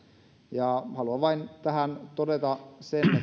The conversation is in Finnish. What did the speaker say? haluan vain tähän todeta